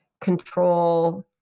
control